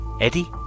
Eddie